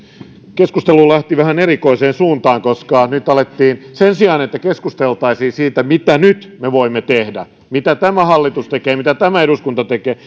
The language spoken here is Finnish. keskustelu lähti vähän erikoiseen suuntaan koska sen sijaan että keskusteltaisiin siitä mitä me nyt voimme tehdä mitä tämä hallitus tekee mitä tämä eduskunta tekee